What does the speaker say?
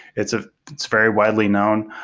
it's ah it's very widely known.